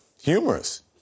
humorous